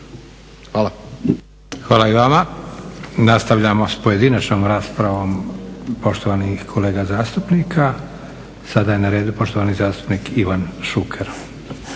(SDP)** Hvala i vama. Nastavljamo sa pojedinačnom raspravom poštovanih kolega zastupnika. Sada je na redu poštovani zastupnik Ivan Šuker.